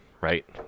right